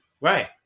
Right